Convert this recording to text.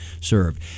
served